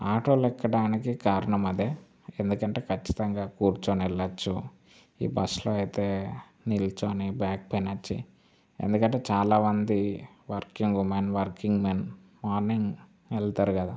ఆటోలు ఎక్కడానికి కారణం అదే ఎందుకంటే కచ్చితంగా కూర్చొని వెళ్ళచ్చు ఈ బస్సులో అయితే నిలుచుని బ్యాక్ పెయిన్ వచ్చి ఎందుకంటే చాలా మంది working women working men morning వెళ్తారు కదా